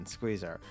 Squeezer